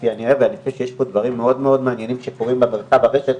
אני חושב שיש פה דברים מעניינים מאוד שקורים במרחב הרשת.